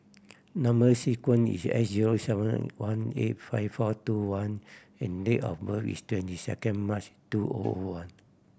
number sequence is S zero seven one eight five four two one and date of birth is twenty second March two O O one